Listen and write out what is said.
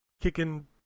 Kicking